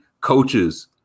coaches